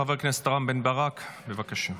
חבר הכנסת בן ברק, בבקשה.